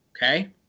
Okay